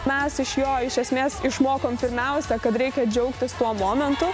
mes iš jo iš esmės išmokom pirmiausia kad reikia džiaugtis tuo momentu